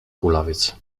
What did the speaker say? kulawiec